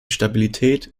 stabilität